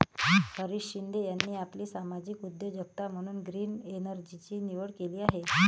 हरीश शिंदे यांनी आपली सामाजिक उद्योजकता म्हणून ग्रीन एनर्जीची निवड केली आहे